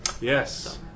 Yes